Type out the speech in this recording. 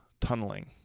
tunneling